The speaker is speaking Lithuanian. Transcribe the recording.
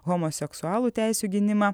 homoseksualų teisių gynimą